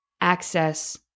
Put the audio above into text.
access